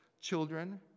children